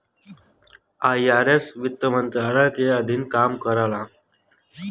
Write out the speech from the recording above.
IRS वित्त मंत्रालय के अधीन काम करला